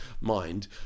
mind